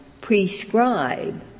prescribe